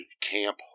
camp